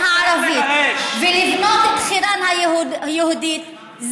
גירוש ילידים